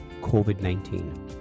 COVID-19